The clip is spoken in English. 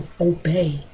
Obey